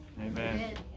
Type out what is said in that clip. Amen